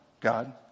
God